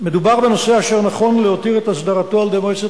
"מדובר בנושא אשר נכון להותיר את הסדרתו על-ידי מועצת